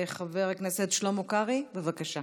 חבר הכנסת שלמה קרעי, בבקשה.